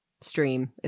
stream